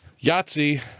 Yahtzee